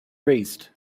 raised